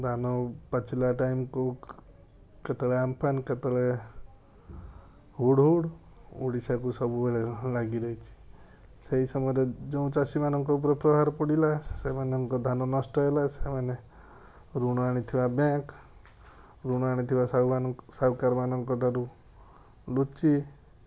ଧାନ ପାଚିଲା ଟାଇମ୍କୁ କେତେବେଳ ଆମପାନ ହୁଡ଼ ହୁଡ଼ ଓଡ଼ିଶାକୁ ସବୁବେଳେ ଲାଗି ରହିଛି ସେଇ ସମୟରେ ଯେଉଁ ଚାଷୀମାନଙ୍କ ପ୍ରହାର ପଡ଼ିଲା ସେମାନଙ୍କ ଧାନ ନଷ୍ଟ ହେଲା ସେମାନେ ଋଣ ଆଣିଥିବା ବ୍ୟାଙ୍କ୍ ଋଣ ଆଣିଥିବା ସାହୁକାର ମାନଙ୍କ ଠାରୁ ଲୁଚି